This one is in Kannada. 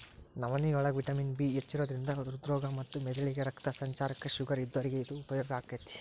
ನವನಿಯೋಳಗ ವಿಟಮಿನ್ ಬಿ ಹೆಚ್ಚಿರೋದ್ರಿಂದ ಹೃದ್ರೋಗ ಮತ್ತ ಮೆದಳಿಗೆ ರಕ್ತ ಸಂಚಾರಕ್ಕ, ಶುಗರ್ ಇದ್ದೋರಿಗೆ ಇದು ಉಪಯೋಗ ಆಕ್ಕೆತಿ